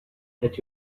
that